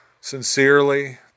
sincerely